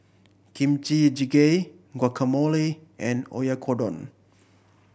Kimchi Jjigae Guacamole and Oyakodon